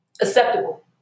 acceptable